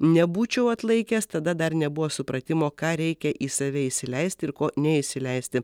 nebūčiau atlaikęs tada dar nebuvo supratimo ką reikia į save įsileisti ir ko neįsileisti